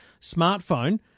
smartphone